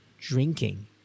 drinking